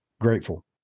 grateful